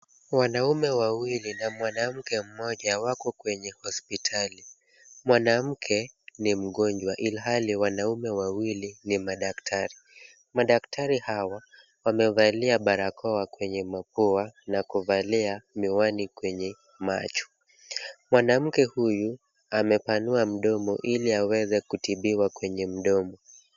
Wanaume wawili na mwanamke mmoja wako kwenye hospitali. Mwanamke ni mgonjwa ilhali wanaume wawili ni madaktari. Madaktari hawa , wamevalia barakoa kwenye mapua na kuvalia miwani kwenye macho. Mwanamke huyu, amepanua mdomo ili aweze kutibiwa kwenye mdomo.